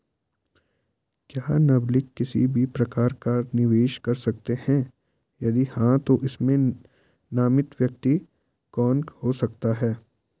क्या नबालिग किसी भी प्रकार का निवेश कर सकते हैं यदि हाँ तो इसमें नामित व्यक्ति कौन हो सकता हैं?